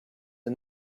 are